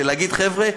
להגיד: חבר'ה,